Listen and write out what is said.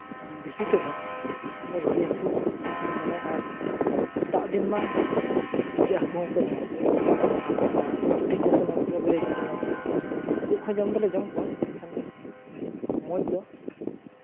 ᱵᱮᱥᱤ ᱛᱮᱫᱚ ᱨᱩᱭ ᱦᱟᱹᱠᱩ ᱢᱟᱱᱮ ᱟᱨ ᱫᱟᱜ ᱫᱤᱱᱢᱟ ᱤᱪᱟᱹᱜ ᱦᱟᱹᱠᱩ ᱦᱚᱸ ᱠᱚ ᱧᱟᱢᱚᱜ ᱜᱮᱭᱟ ᱟᱨ ᱯᱩᱴᱷᱤ ᱠᱚ ᱦᱚᱸ ᱠᱚ ᱧᱟᱢᱚᱜ ᱜᱮᱭᱟ ᱜᱟᱹᱲᱟᱹᱭ ᱠᱚ ᱠᱚ ᱧᱟᱢᱚᱜ ᱜᱮᱭᱟ ᱩᱱᱠᱩ ᱠᱚᱦᱚᱸ ᱡᱚᱢ ᱫᱚᱞᱮ ᱡᱚᱢ ᱠᱚᱣᱟ ᱮᱱᱠᱷᱟᱱ ᱢᱚᱡᱽ ᱫᱚ